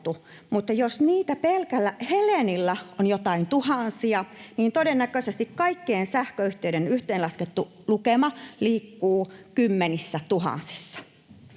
mutta jos niitä pelkällä Helenillä on joitain tuhansia, niin todennäköisesti kaikkien sähköyhtiöiden yhteenlaskettu lukema liikkuu kymmenissätuhansissa.